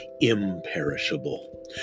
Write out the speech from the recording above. imperishable